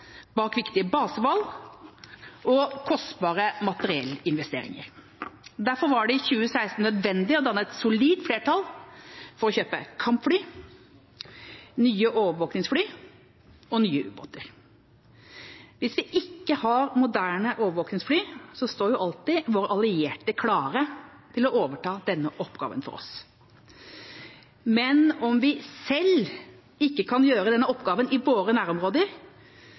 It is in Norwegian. bak viktige basevalg og kostbare materiellinvesteringer. Derfor var det i 2016 nødvendig å danne et solid flertall for å kjøpe kampfly, nye overvåkningsfly og nye ubåter. Hvis vi ikke har moderne overvåkningsfly, står alltid våre allierte klare til å overta denne oppgaven for oss. Men om vi ikke selv kan gjøre denne oppgaven i våre nærområder,